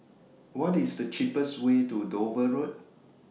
What IS The cheapest Way to Dover Road